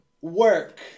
Work